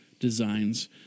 designs